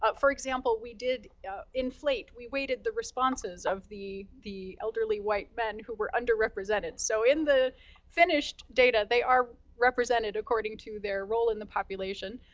ah for example, we did inflate, we weighted the responses of the the elderly white men who were underrepresented. so in the finished data, they are represented according to their role in the population.